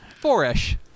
four-ish